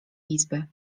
izby